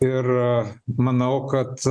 ir manau kad